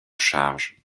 charge